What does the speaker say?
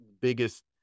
biggest